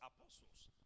apostles